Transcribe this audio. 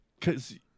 cause